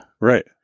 Right